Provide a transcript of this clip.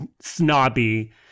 snobby